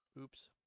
oops